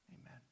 amen